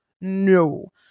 no